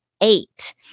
Eight